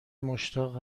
مشتاق